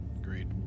agreed